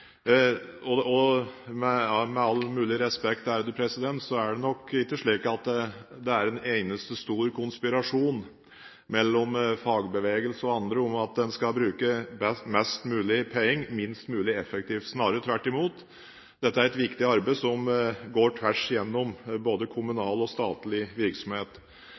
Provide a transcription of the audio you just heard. en eneste stor konspirasjon mellom fagbevegelse og andre om at en skal bruke mest mulig penger minst mulig effektivt. Snarere tvert imot – dette er et viktig arbeid som går tvers igjennom både kommunal og statlig virksomhet.